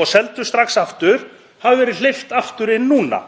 og seldu strax aftur hafi verið hleypt aftur inn núna,